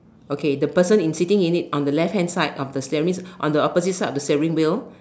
okay the person in sitting in it on the left hand side of the steer~ means on the opposite side of the steering wheel